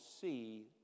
see